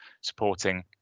supporting